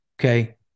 okay